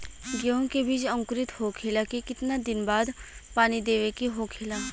गेहूँ के बिज अंकुरित होखेला के कितना दिन बाद पानी देवे के होखेला?